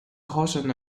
caution